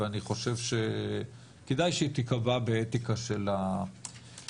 ואני חושב שכדאי שהיא תיקבע באתיקה של המועצה.